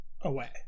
away